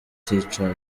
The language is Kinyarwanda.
tchad